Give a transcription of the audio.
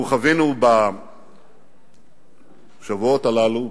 אנחנו חווינו בשבועות הללו,